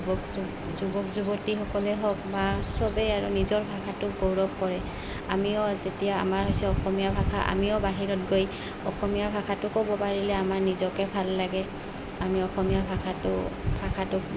যুৱক য যুৱক যুৱতীসকলে হওক বা চবেই আৰু নিজৰ ভাষাটোক গৌৰৱ কৰে আমিও যেতিয়া আমাৰ হৈছে অসমীয়া ভাষা আমিও বাহিৰত গৈ অসমীয়া ভাষাটো ক'ব পাৰিলে আমাৰ নিজকে ভাল লাগে আমি অসমীয়া ভাষাটো ভাষাটোক